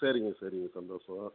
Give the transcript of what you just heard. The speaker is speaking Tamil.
சரிங்க சரிங்க சந்தோஷம்